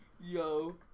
Yo